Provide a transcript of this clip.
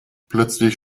plötzlich